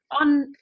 on